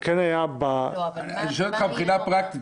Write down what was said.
זה כן היה --- אני שואל אותך מבחינה פרקטית,